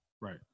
Right